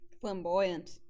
Flamboyant